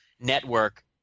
network